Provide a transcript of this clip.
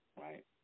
right